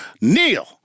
Neil